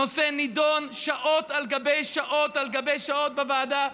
הנושא נדון שעות על גבי שעות על גבי שעות בוועדה,